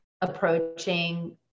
approaching